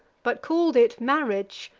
but call'd it marriage,